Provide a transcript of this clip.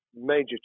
major